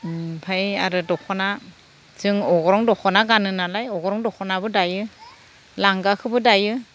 ओमफाय आरो दख'ना जों अग्रं दख'ना गानो नालाय अग्रं दख'नाबो दायो लांगाखोबो दायो